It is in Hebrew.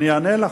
אני אענה לך.